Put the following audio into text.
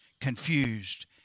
confused